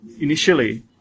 initially